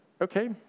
okay